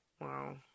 Wow